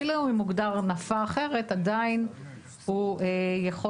אפילו אם הוא מוגדר כנפה אחרת עדיין הוא יכול